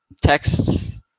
texts